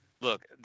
Look